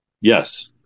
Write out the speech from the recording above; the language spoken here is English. Yes